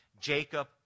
jacob